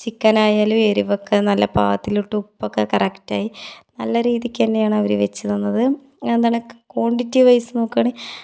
chicken ആയാലും എരിവൊക്കെ നല്ല പാകത്തിലിട്ട് ഉപ്പൊക്കെ കറക്റ്റ് ആയി നല്ല രീതിക്ക് തന്നെയാണ് അവർ വെച്ച് തന്നത് എന്താണ് ക്വാണ്ടിറ്റിവൈസ് നോക്കുവാണേൽ